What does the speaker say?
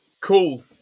Cool